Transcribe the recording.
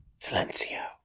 Silencio